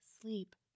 sleep